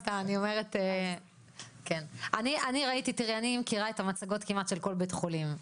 תראי, אני מכירה את המצגות כמעט של כל בית חולים.